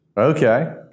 Okay